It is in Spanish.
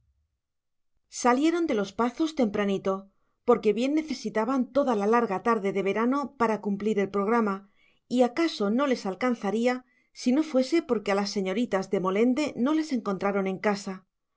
salieron de los pazos tempranito porque bien necesitaban toda la larga tarde de verano para cumplir el programa y acaso no les alcanzaría si no fuese porque a las señoritas de molende no las encontraron en casa